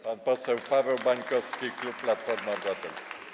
Pan poseł Paweł Bańkowski, klub Platformy Obywatelskiej.